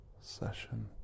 session